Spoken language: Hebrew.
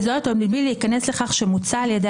וזאת עוד בלי להיכנס לכך שמוצע על-ידי